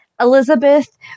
Elizabeth